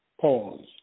Pause